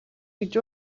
гэж